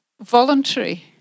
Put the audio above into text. voluntary